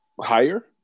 Higher